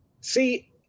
See